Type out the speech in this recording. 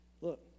Look